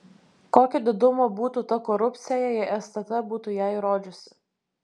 kokio didumo būtų ta korupcija jei stt būtų ją įrodžiusi